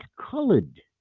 colored